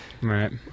Right